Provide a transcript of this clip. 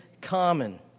common